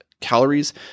calories